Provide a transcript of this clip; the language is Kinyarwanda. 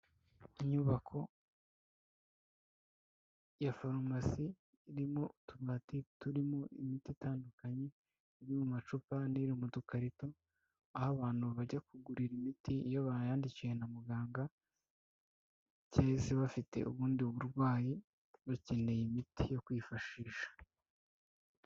Inyubako ya farumasi irimo utubati turimo imiti itandukanye, iri mu macupa n'iri mu dukarito aho abantu bajya kugurira imiti iyo bayandikiwe na muganga, cyahise bafite ubundi burwayi bakeneye imiti yo kwifashisha,